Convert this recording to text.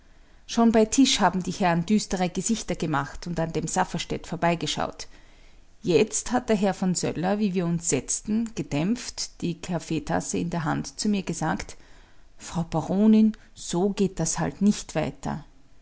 schon bei tisch haben die herren düstere gesichter gemacht und an dem safferstätt vorbeigeschaut jetzt hat der herr von söller wie wir uns setzten gedämpft die kaffeetasse in der hand zu mir gesagt frau baronin so geht das halt nicht weiter